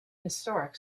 historic